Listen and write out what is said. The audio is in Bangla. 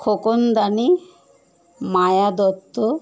খোকন দানি মায়া দত্ত